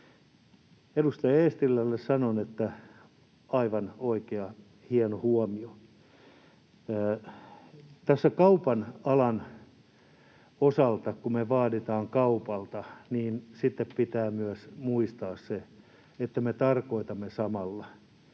Edustaja Eestilälle sanon, että aivan oikea, hieno huomio. Tässä kaupan alan osalta, kun me vaaditaan kaupalta, pitää myös muistaa se, että me tarkoitamme samalla,